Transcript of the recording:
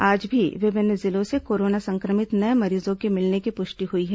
आज भी विभिन्न जिलों से कोरोना संक्रमित नये मरीजों के मिलने की पुष्टि हुई है